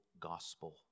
gospel